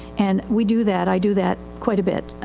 and we do that, i do that quite a bit, ah,